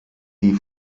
die